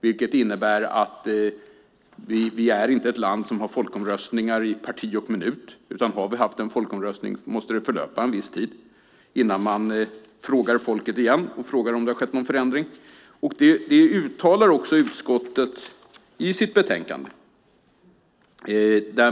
Det innebär att vi inte är ett land som har folkomröstningar i parti och minut, utan det måste om vi har haft en folkomröstning förlöpa en viss tid innan man frågar folket igen och frågar om det har skett någon förändring. Detta uttalar också utskottet i sitt betänkande.